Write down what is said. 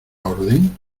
orden